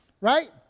Right